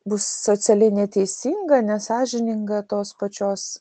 bus socialiai neteisinga nesąžininga tos pačios